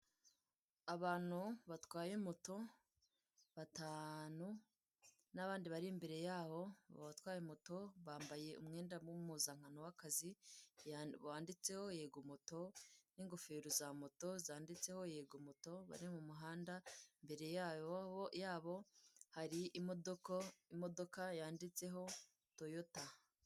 Abantu batwaye moto batanu n'abandi bari imbere yabo, abatwaye moto bambaye umwenda w'impuzankano w'akazi wanditseho Yego Moto n'ingofero za moto zanditseho Yego Moto bari mu muhanda, imbere yabo hari imodoka yanditseho Toyota.